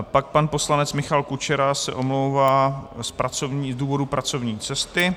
Pak pan poslanec Michal Kučera se omlouvá z pracovních důvodů, pracovní cesty.